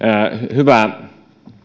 hyvää